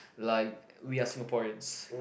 like we are Singaporeans